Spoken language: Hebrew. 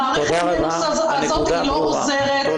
המערכת הזו לא עוזרת.